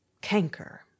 canker